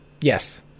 Yes